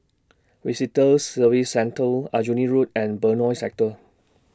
Visitor Services Centre Aljunied Road and Benoi Sector